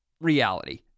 reality